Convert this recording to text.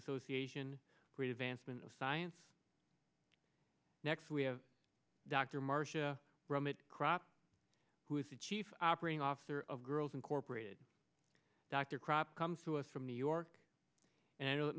association great advancement of science next we have dr marcia crop who is the chief operating officer of girls incorporated dr krop comes to us from new york and i know that